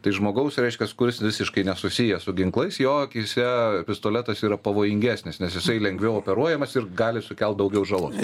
tai žmogaus reiškias kuris visiškai nesusijęs su ginklais jo akyse pistoletas yra pavojingesnis nes jisai lengviau operuojamas ir gali sukelt daugiau žalos